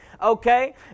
Okay